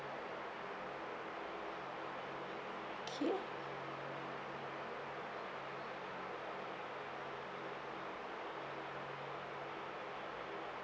okay